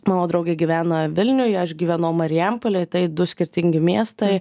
mano draugė gyvena vilniuje aš gyvenau marijampolėj tai du skirtingi miestai